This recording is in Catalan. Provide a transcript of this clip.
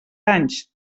anys